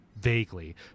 vaguely